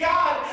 God